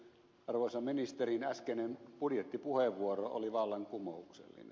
arvoisan ministerin äskeinen budjettipuheenvuoro oli vallankumouksellinen